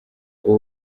ubu